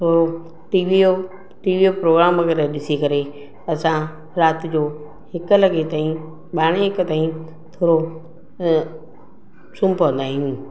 थोरो T V जो T V जो प्रोग्राम वग़ैरह ॾिसी करे असां राति जो हिकु लॻे ताईं ॿारहें हिकु ताईं थोरो सुम्ही पवंदा आहियूं